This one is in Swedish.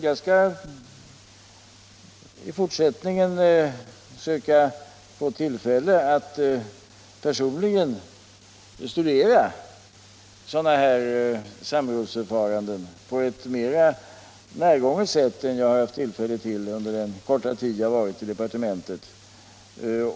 Jag skall emellertid i fortsättningen försöka att få tillfälle att personligen studera sådana här samrådsförfaranden på ett mera närgånget sätt än jag hittills haft möjlighet att göra under min korta tid inom departementet.